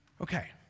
Okay